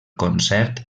concert